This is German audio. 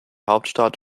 hauptstadt